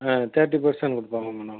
ஆ thirty percent கொடுப்பாங்க madam